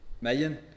million